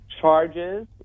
charges